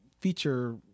feature